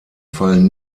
fallen